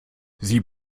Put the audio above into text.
sie